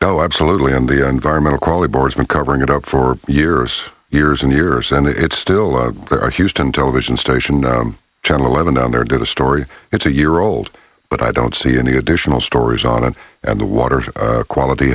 been covering it up for years years and years and it's still there a houston television station channel eleven down there did a story it's a year old but i don't see any additional stories on it and the water quality